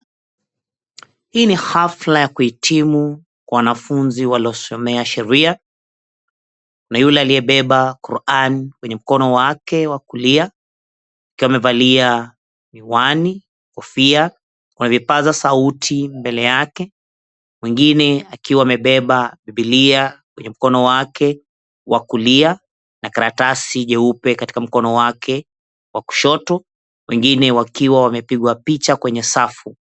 Hii ni hafla ya kuhitimu kwa wanafunzi waliosomea sheria na yule aliyebeba Quran, kwenye mkono wake wa kulia akiwa amevalia miwani, kofia wakipasa sauti mbele yake mwingine akiwa amebeba bibilia kwenye mkono wake wa kulia na karatasi nyeupe katika mkono wake wa kushoto. Wengine wakiwa wamepigwa picha kwenye safu.